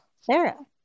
Sarah